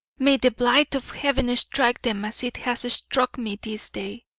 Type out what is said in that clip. may the blight of heaven strike them as it has struck me this day.